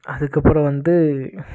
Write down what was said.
அதுக்கப்புறம் வந்து